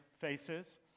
faces